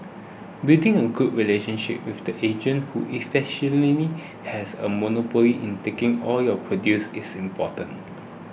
building a good relationship with the agent who efficiently has a monopoly in taking all your produce is important